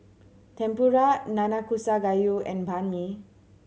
Tempura Nanakusa Gayu and Banh Mi